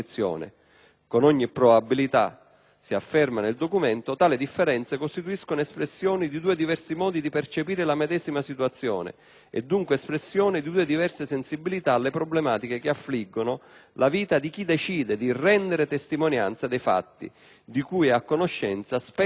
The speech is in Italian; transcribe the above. Con ogni probabilità, si afferma nel documento, tali differenze costituiscono espressione di due diversi modi di percepire la medesima situazione e dunque espressione di due diverse sensibilità alle problematiche che affliggono la vita di chi decide di rendere testimonianza dei fatti di cui è a conoscenza, spesso per essere